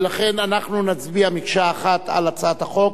ולכן אנחנו נצביע מקשה אחת על הצעת החוק.